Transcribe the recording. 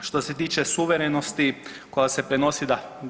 Što se tiče suverenosti koja se prenosi, da.